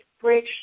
bridge